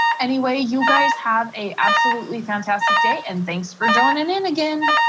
anyway, you guys have a absolutely fantastic day and thanks for joining in again.